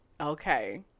okay